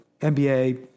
NBA